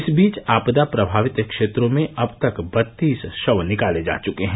इस बीच आपदा प्रभावित क्षेत्रों से अब तक बत्तीस शव निकाले जा चुके हैं